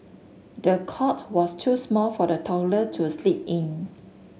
the cot was too small for the toddler to sleep in